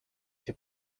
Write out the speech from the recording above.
się